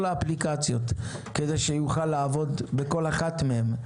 האפליקציות כדי שיוכל לעבוד בכול אחת מהן,